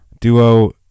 Duo